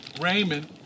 Raymond